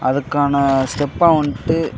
அதுக்கான ஸ்டெப்பாக வந்துட்டு